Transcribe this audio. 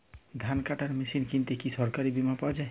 ধান কাটার মেশিন কিনতে কি সরকারী বিমা পাওয়া যায়?